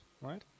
right